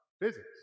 physics